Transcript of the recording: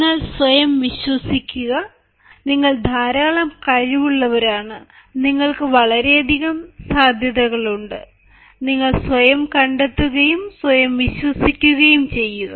എന്നാൽ സ്വയം വിശ്വസിക്കുക നിങ്ങൾ ധാരാളം കഴിവുള്ളവരാണ് നിങ്ങൾക്ക് വളരെയധികം സാധ്യതകളുണ്ട് നിങ്ങൾ സ്വയം കണ്ടെത്തുകയും സ്വയം വിശ്വസിക്കുകയും ചെയ്യുക